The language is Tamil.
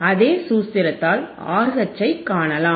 அதே சூத்திரத்தால் RH ஐக் காணலாம்